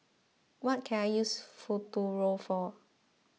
what can I use Futuro for